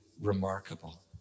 remarkable